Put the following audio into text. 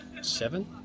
seven